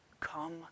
Come